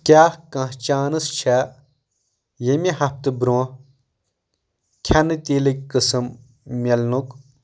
کیٚاہ کانٛہہ چانس چھا ییٚمہِ ہفتہٕ برٛونٛہہ کھٮ۪نہٕ تیٖلٕکۍ قٕسم ملنُک